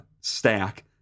stack